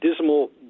dismal